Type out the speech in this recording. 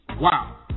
Wow